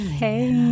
hey